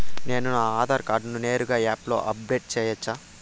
నేను నా ఆధార్ కార్డును నేరుగా యాప్ లో అప్లోడ్ సేయొచ్చా?